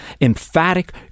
emphatic